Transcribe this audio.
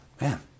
man